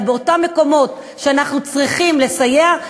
אלא באותם מקומות שאנחנו צריכים לסייע,